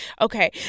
Okay